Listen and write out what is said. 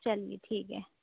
چلیے ٹھیک ہے